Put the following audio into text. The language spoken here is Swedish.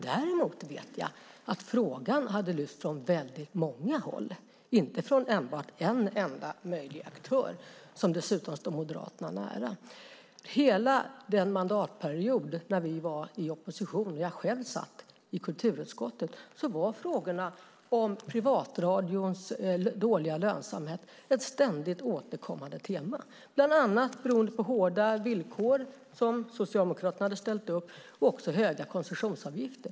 Däremot vet jag att frågan hade lyfts upp från många håll, inte bara från en aktör som dessutom stod Moderaterna nära. Den mandatperiod då vi var i opposition och jag satt i kulturutskottet var frågorna om privatradions dåliga lönsamhet ett ständigt återkommande tema. Det berodde bland annat på de hårda villkor som Socialdemokraterna hade ställt upp och på höga koncessionsavgifter.